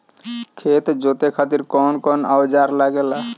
खेत जोते खातीर कउन कउन औजार लागेला?